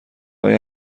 های